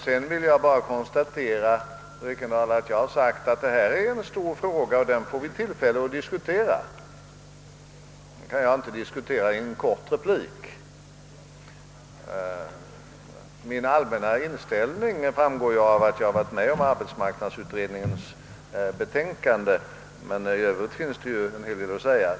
Sedan vill jag bara konstatera, fru Ekendahl, att detta är en stor fråga, vilken vi får tillfälle diskutera senare; jag kan inte ta upp den nu i en kort replik. Min allmänna inställning framgår av att jag har varit med om arbetsmarknadsutredningens betänkande, men i övrigt finns en hel del att säga.